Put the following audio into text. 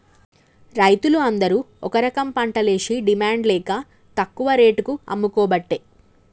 రైతులు అందరు ఒక రకంపంటలేషి డిమాండ్ లేక తక్కువ రేటుకు అమ్ముకోబట్టే